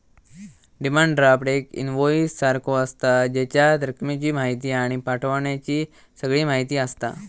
demand draft एक invoice सारखो आसता, जेच्यात रकमेची म्हायती आणि पाठवण्याची सगळी म्हायती आसता